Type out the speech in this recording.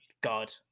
god